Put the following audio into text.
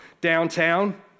downtown